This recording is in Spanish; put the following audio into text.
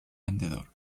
vendedor